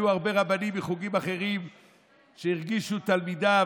היו הרבה רבנים מחוגים אחרים שהרגישו תלמידיו,